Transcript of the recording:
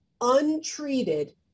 untreated